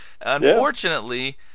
Unfortunately